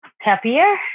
happier